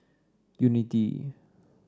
unity